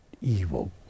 evil